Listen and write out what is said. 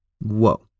Whoa